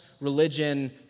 religion